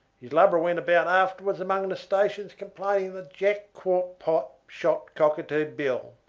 his lubra went about afterwards among the stations complaining that jack quart pot shot cockatoo bill,